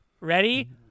ready